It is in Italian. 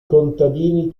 contadini